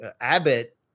Abbott